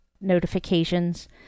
notifications